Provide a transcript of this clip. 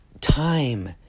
time